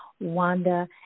Wanda